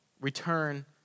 return